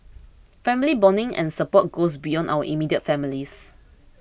family bonding and support goes beyond our immediate families